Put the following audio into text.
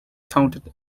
touted